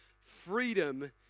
freedom